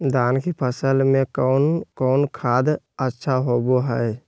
धान की फ़सल में कौन कौन खाद अच्छा होबो हाय?